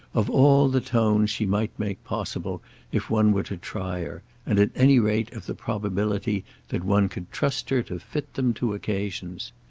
of all the tones she might make possible if one were to try her, and at any rate of the probability that one could trust her to fit them to occasions.